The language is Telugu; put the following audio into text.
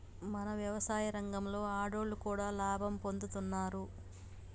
మన యవసాయ రంగంలో ఆడోళ్లు కూడా లాభం పొందుతున్నారు